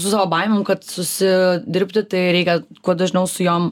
su savo baimėm kad susidirbti tai reikia kuo dažniau su jom